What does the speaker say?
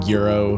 Euro